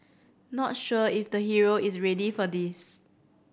not sure if the hero is ready for this